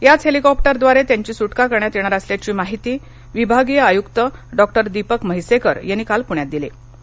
याच हेलिकॉप्टरव्दारे त्यांची सुटका करण्यात येणार असल्याची माहिती विभागीय आयुक्त डॉक्टर दीपक म्हेसेकर यांनी काल पुण्यात दिली